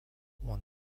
won